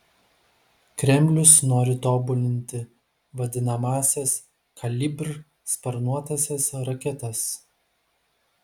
kremlius nori tobulinti vadinamąsias kalibr sparnuotąsias raketas